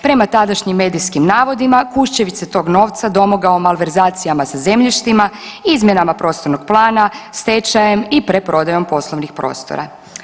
Prema tadašnjim medijskim navodima, Kuščević se tog novca domogao malverzacijama sa zemljištima, izmjenama prostornog plana, stečajem i preprodajom poslovnih prostora.